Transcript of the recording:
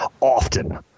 often